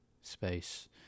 space